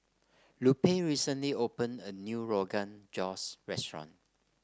Lupe recently opened a new Rogan Josh restaurant